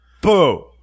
boo